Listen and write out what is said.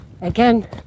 Again